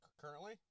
currently